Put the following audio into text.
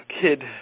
kid